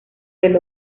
del